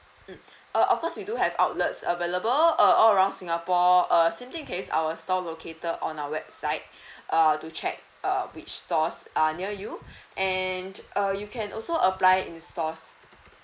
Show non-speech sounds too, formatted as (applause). mm err of course we do have outlets available err all around singapore uh same thing you can use our store locator on our website (breath) err to check err which stores are near you (breath) and err you can also apply in stores